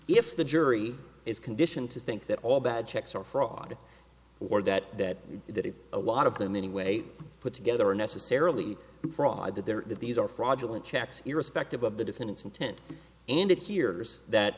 if the jury is conditioned to think that all bad checks are fraud or that that is a lot of them anyway put together necessarily fraud that there that these are fraudulent checks irrespective of the defendant's intent and it hears that